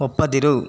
ಒಪ್ಪದಿರು